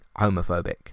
homophobic